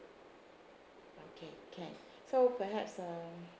okay can so perhaps um